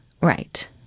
Right